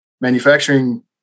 manufacturing